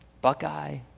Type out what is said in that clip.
Buckeye